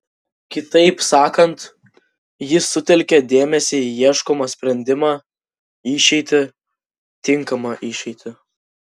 kitaip sakant jis sutelkia dėmesį į ieškomą sprendimą išeitį tinkamą išeitį